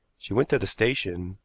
she went to the station,